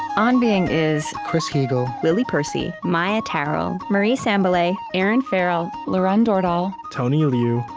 on being is chris heagle, lily percy, maia tarrell, marie sambilay, erinn farrell, lauren dordal, tony liu,